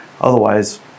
Otherwise